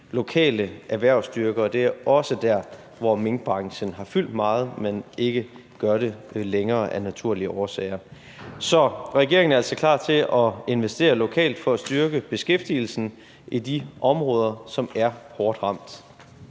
lokale erhvervsstyrker, og det er også der, hvor minkbranchen har fyldt meget, men ikke gør det længere af naturlige årsager. Så regeringen er altså klar til at investere lokalt for at styrke beskæftigelsen i de områder, som er hårdt ramt.